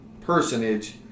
personage